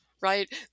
right